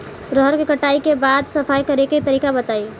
रहर के कटाई के बाद सफाई करेके तरीका बताइ?